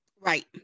Right